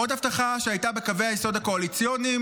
עוד הבטחה בקווי היסוד הקואליציוניים,